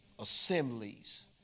assemblies